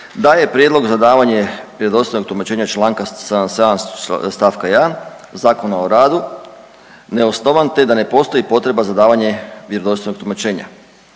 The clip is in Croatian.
da je Prijedlog za davanje vjerodostojnog tumačenja čl. 77. st. 1. Zakona o radu neosnovan te da ne postoji potreba za davanje vjerodostojnog tumačenja.